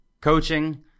coaching